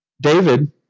David